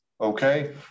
okay